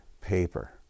paper